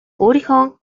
өөрийнхөө